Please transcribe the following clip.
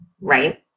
right